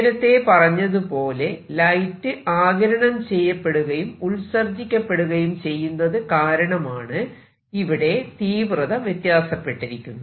നേരത്തെ പറഞ്ഞതുപോലെ ലൈറ്റ് ആഗിരണം ചെയ്യപ്പെടുകയും ഉത്സർജിക്കപ്പെടുകയും ചെയ്യുന്നത് കാരണമാണ് ഇവിടെ തീവ്രത വ്യത്യാസപ്പെട്ടിരിക്കുന്നത്